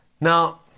Now